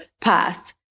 path